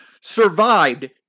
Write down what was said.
survived